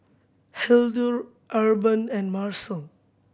Hildur Urban and Marcel